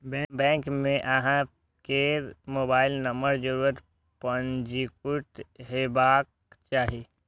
bank मे अहां केर मोबाइल नंबर जरूर पंजीकृत हेबाक चाही